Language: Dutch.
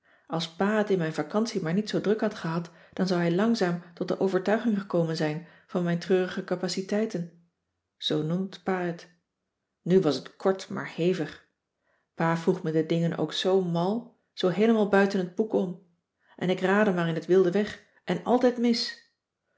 pa het in mijn vacantie maar niet zoo druk had gehad dan zou hij langzaam tot de overtuiging gekomen zijn van mijn treurige capaciteiten zoo noemt pa het nu was het kort maar hevig pa vroeg me de dingen ook zoo mal zoo heelemaal buiten het boek om en ik raadde maar in t wilde weg en altijd mis